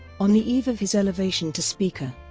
on the eve of his elevation to speaker,